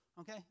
Okay